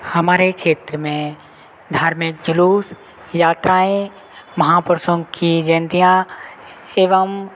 हमारे क्षेत्र में धार्मिक जुलूस यात्राएं महापुरुषों कि जयंतियाँ एवं